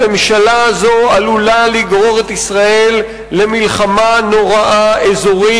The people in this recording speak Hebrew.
הממשלה הזאת עלולה לגרור את ישראל למלחמה אזורית נוראה,